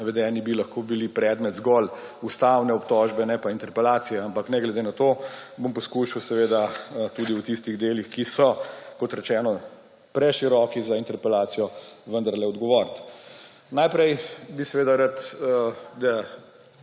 navedeni, lahko zgolj predmet ustavne obtožbe ne pa interpelacije. Ampak ne glede na to bom poskušal v tistih delih, ki so, kot rečeno, preširoki za interpelacijo, vendarle odgovoriti. Najprej bi rad, da